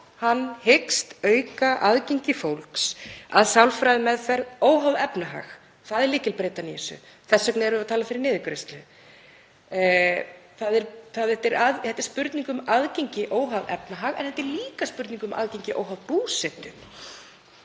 hann hyggst auka aðgengi fólks að sálfræðimeðferð óháð efnahag. Það er lykilbreytan í þessu. Þess vegna erum við að tala fyrir niðurgreiðslu. Þetta er spurning um aðgengi óháð efnahag en þetta er líka spurning um aðgengi óháð búsetu